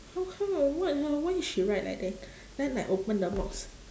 how come ah what the why she write like that then I open the box